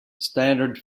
standard